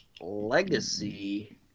legacy